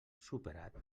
superat